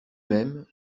même